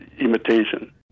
imitation